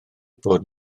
bod